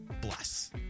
bless